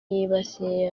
yibasiwe